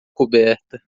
coberta